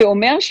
זה אומר,